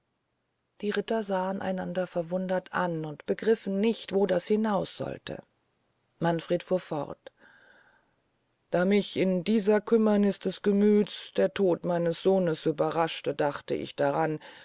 die ritter sahen einander verwundert an und begriffen nicht wo das hinaus sollte manfred fuhr fort da mich in dieser kümmerniß des gemüths der tod meines sohnes überraschte dachte ich daran